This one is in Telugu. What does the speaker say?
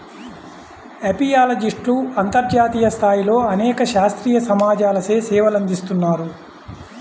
అపియాలజిస్ట్లు అంతర్జాతీయ స్థాయిలో అనేక శాస్త్రీయ సమాజాలచే సేవలందిస్తున్నారు